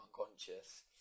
unconscious